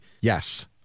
yes